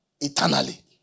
eternally